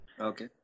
Okay